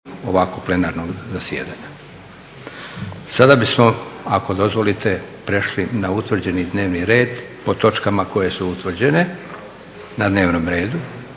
**Leko, Josip (SDP)** Sada bismo, ako dozvolite, prešli na utvrđeni dnevni red po točkama koje su utvrđene na dnevnom redu.